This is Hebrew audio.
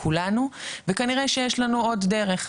כולנו וכנראה שיש לנו עוד דרך.